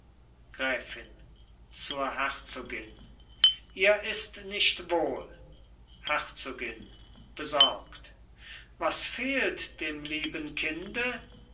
gräfin zur herzogin ihr ist nicht wohl herzogin besorgt was fehlt dem lieben kinde